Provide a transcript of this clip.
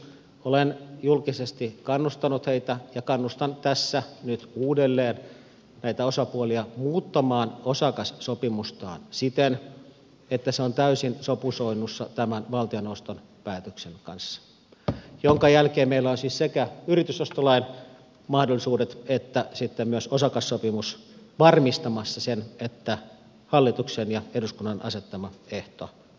olen julkisesti kannustanut heitä ja kannustan tässä nyt uudelleen näitä osapuolia muuttamaan osakassopimustaan siten että se on täysin sopusoinnussa tämän valtioneuvoston päätöksen kanssa jonka jälkeen meillä ovat siis sekä yritysostolain mahdollisuudet että osakassopimus varmistamassa sen että hallituksen ja eduskunnan asettama ehto täyttyy